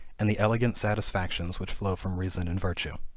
and the elegant satisfactions which flow from reason and virtue.